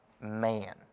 man